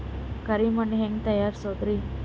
ಕರಿ ಮಣ್ ಹೆಂಗ್ ತಯಾರಸೋದರಿ?